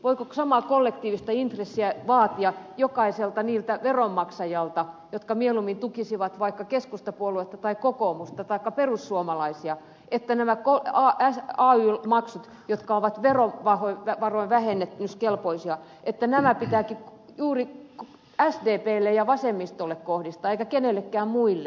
voiko samaa kollektiivista intressiä vaatia kaikilta niiltä veronmaksajilta jotka mieluummin tukisivat vaikka keskustapuoluetta tai kokoomusta taikka perussuomalaisia että nämä ay maksut jotka ovat perua vanhoilta varoja vähennetty kelpoisia että verovähennyskelpoisia pitääkin juuri sdplle ja vasemmistolle kohdistaa eikä kenellekään muille